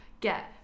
get